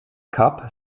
kapp